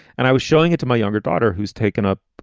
and i was showing it to my younger daughter who's taken up